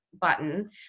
button